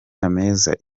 meza